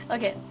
Okay